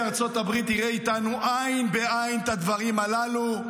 ארצות הברית יראה איתנו עין בעין את הדברים הללו.